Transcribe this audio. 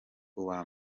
uwa